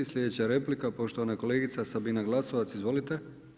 Slijedeća replika poštovana kolegica Sabina Glasovac, izvolite.